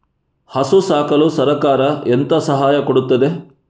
ಹಸು ಸಾಕಲು ಸರಕಾರ ಎಂತ ಸಹಾಯ ಕೊಡುತ್ತದೆ?